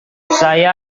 saya